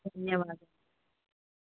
ధన్యవాదాలు